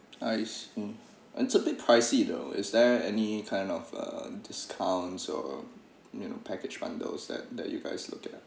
nice mm and it's a bit pricey though is there any kind of a discounts or you know package bundles that that you guys look it up